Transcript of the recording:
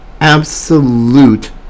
absolute